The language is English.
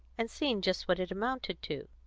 and seeing just what it amounted to.